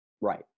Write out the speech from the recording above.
Right